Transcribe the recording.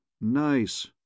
Nice